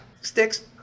Sticks